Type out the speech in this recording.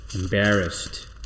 embarrassed